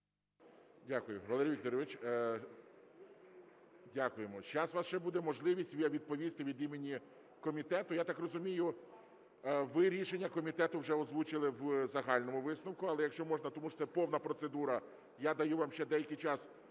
Дякую. Валерій Вікторович, дякуємо. Зараз у вас ще буде можливість відповісти від імені комітету. Я так розумію, ви рішення комітету вже озвучили в загальному висновку. Але, якщо можна, тому що це повна процедура, я даю вам ще деякий час